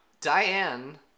Diane